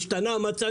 השתנה המצב,